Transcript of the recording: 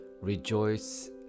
rejoice